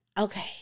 okay